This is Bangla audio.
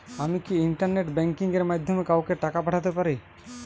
আমি কি ইন্টারনেট ব্যাংকিং এর মাধ্যমে কাওকে টাকা পাঠাতে পারি?